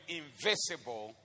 invisible